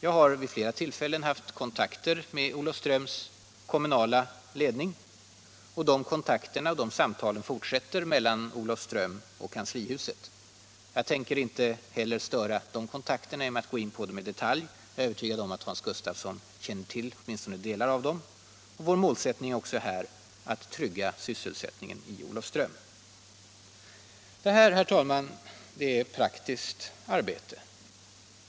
Jag har vid några tillfällen haft kontakter med Olofströms kommunala ledning. Samtalen fortsätter mellan Olofström och kanslihuset. Jag tänker inte heller störa dessa kontakter genom att i detalj gå in på dem. Jag är övertygad om att Hans Gustafsson känner till åtminstone delar av dem. Vårt mål är också här att trygga sysselsättningen i Olofström. Detta, herr talman, är praktiskt arbete.